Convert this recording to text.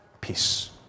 peace